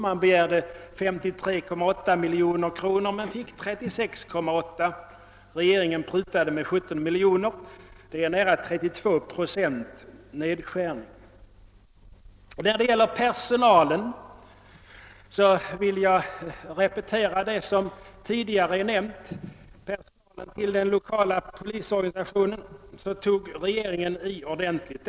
Där begärde man 53,8 miljoner kronor men fick 36,8; regeringen prutade 17 miljoner, d.v.s. en nedskärning med nära 32 procent. Vad gäller personalen vill jag repetera det som tidigare nämnts. Beträffande anslaget till personal vid den 1okala polisorganisationen tog regeringen i ordentligt.